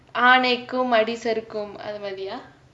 யானைக்கும் அடி சருக்கும் அந்த மாதிரியா:yaanaikum adi sarukkum antha maathiriyaa